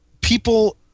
people